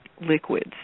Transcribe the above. liquids